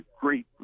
great